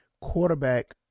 quarterback